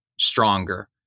stronger